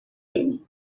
din